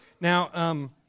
Now